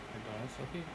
McDonald's okay